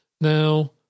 Now